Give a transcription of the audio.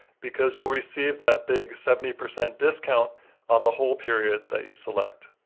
because you'll receive that big seventy percent discount on the whole period that you select.